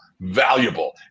Valuable